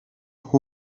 who